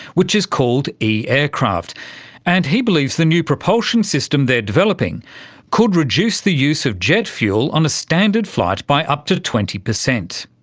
which is called eaircraft, and he believes the new propulsion system they're developing could reduce the use of jet fuel on a standard flight by up to twenty percent.